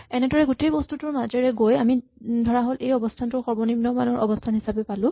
এনেদৰে গোটেই বস্তুটোৰ মাজেৰে গৈ আমি ধৰাহ'ল এই অৱস্হানটো সৰ্বনিম্ন মানৰ অৱস্হান হিচাপে পালো